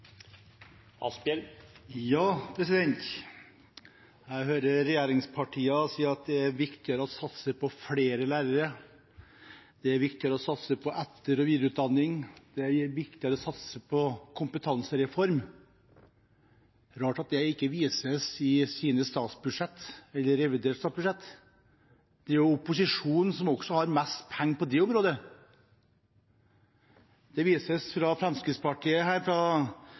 viktigere å satse på flere lærere, det er viktigere å satse på etter- og videreutdanning, det er viktigere å satse på kompetansereform. Det er rart at det ikke vises i deres statsbudsjetter eller reviderte statsbudsjetter. Det er jo opposisjonen som har mest penger også på dette området. Det vises fra Fremskrittspartiet